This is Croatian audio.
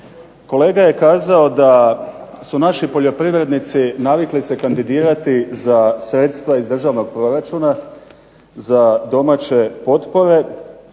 kolega je kazao da su naši poljoprivrednici navikli se kandidirati za sredstva iz državnog proračuna za domaće potpore